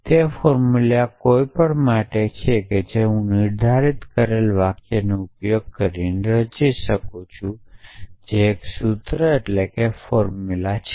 તે ફોર્મ્યુલા કોઈપણ માટે છે જે હું નિર્ધારિત કરેલા વાક્યનો ઉપયોગ કરીને રચું છું તે એક સૂત્ર છે